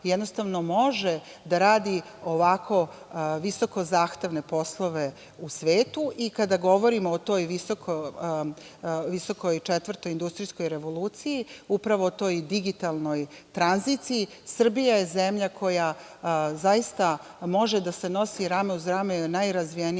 jednostavno može da radi ovako visoko zahtevne poslove u svetu. Kada govorimo o toj visokoj četvrtoj industrijskoj revoluciji, upravo toj digitalnoj tranziciji, Srbija je zemlja koja zaista može da se nosi rame uz rame sa najrazvijenijim